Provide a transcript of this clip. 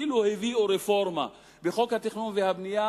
אילו הביאו רפורמה בחוק התכנון והבנייה,